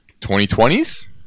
2020s